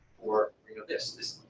or this, this,